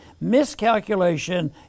miscalculation